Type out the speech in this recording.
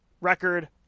record